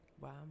Wow